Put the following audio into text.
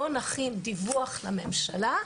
בואו נכין דיווח לממשלה.